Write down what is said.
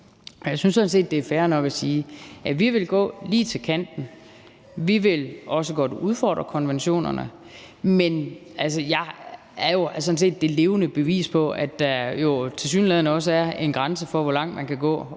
Jeg synes sådan set, det er fair nok at sige, at vi vil gå lige til kanten, og at vi også godt vil udfordre konventionerne, men jeg er jo sådan set det levende bevis på, at der jo tilsyneladende også er en grænse for, hvor langt man kan gå,